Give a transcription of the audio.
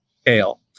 scale